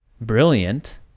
brilliant